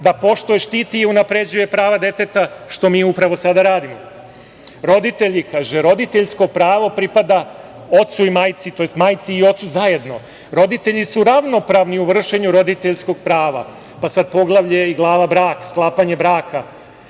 da poštuje, štiti i unapređuje prava deteta, što mi upravo sada radimo. Roditelji, kaže – roditeljsko pravo pripada ocu i majci, tj. majci i ocu zajedno. Roditelju su ravnopravni u vršenju roditeljskog prava. Sad poglavlje i glava brak, sklapanje braka.